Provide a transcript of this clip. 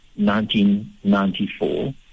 1994